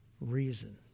reason